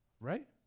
right